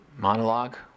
Monologue